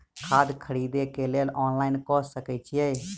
खाद खरीदे केँ लेल ऑनलाइन कऽ सकय छीयै?